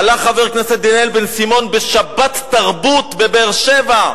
הלך חבר כנסת דניאל בן-סימון ב"שבתרבות" בבאר-שבע,